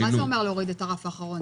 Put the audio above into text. מה זה אומר להוריד את הרף האחרון?